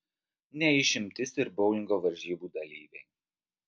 ne išimtis ir boulingo varžybų dalyviai